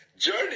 journey